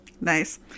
Nice